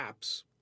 apps